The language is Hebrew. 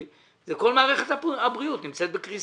אלא זאת כל מערכת הבריאות שנמצאת בקריסה.